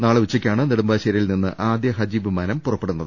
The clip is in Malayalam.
നാളെ ഉച്ചയ്ക്കാണ് നെടുമ്പാശേരിയിൽ നിന്ന് ആദ്യ ഹജ്ജ് വിമാനം പുറപ്പെടുന്നത്